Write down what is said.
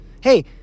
Hey